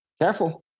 careful